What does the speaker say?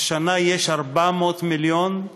השנה יש 400 מיליון,